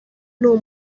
n’uwo